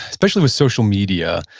especially with social media,